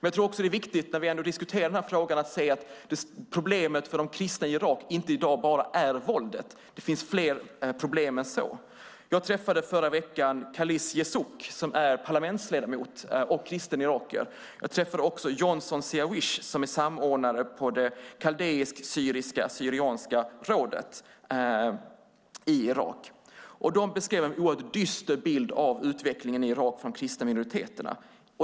Jag tror också att det när vi ändå diskuterar denna fråga är viktigt att se att problemet för de kristna i Irak i dag inte bara är våldet. Det finns fler problem än så. Jag träffade förra veckan Khalis Jesuc som är parlamentsledamot och kristen irakier. Jag träffade även Johnson Siyawish som är samordnare på det kaldeiska syrianska rådet i Irak. De beskrev en oerhört dyster bild av utvecklingen i Irak för de kristna minoriteterna.